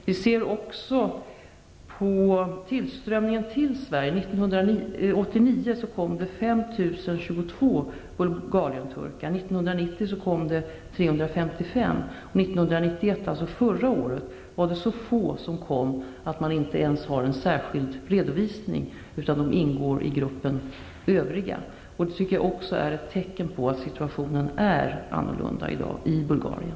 Vi kan även se på tillströmningen till Sverige. 1989 kom 5 022 Bulgarienturkar. 1990 kom 355. 1991, alltså förra året, kom så få att man inte ens har en särskild redovisning av dem, utan de ingår i gruppen Övriga. Det är ett tecken på att situationen i dag är annorlunda i Bulgarien.